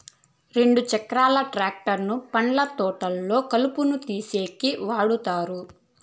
రెండు చక్రాల ట్రాక్టర్ ను పండ్ల తోటల్లో కలుపును తీసేసేకి వాడతారు